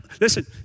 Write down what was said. Listen